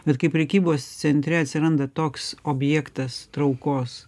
bet kai prekybos centre atsiranda toks objektas traukos